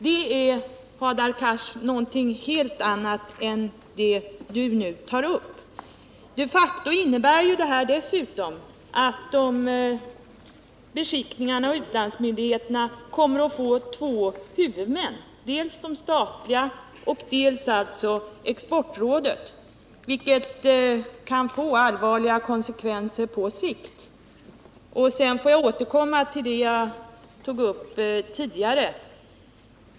Det är, Hadar Cars, något helt annat än det ni tar upp. De facto innebär ju detta dessutom att beskickningarna och utlandsmyndigheterna kommer att få två huvudmän — dels staten, dels Exportrådet — vilket kan få allvarliga konsekvenser på sikt. | Sedan vill jag återkomma till vad jag tog upp tidigare.